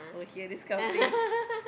will hear this kind of thing